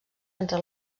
entre